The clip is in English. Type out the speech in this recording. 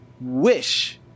wish